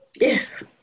Yes